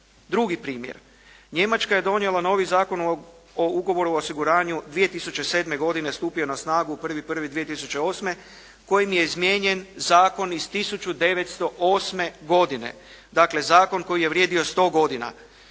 Drugi primjer, Njemačka je donijela novi Zakon o ugovoru u osiguranju 2007. godine stupio je na snagu 01.01.2008. kojim je izmijenjen zakona iz 1908. godine. Dakle, zakon koji je vrijedio 100 godina.